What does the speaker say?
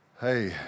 Hey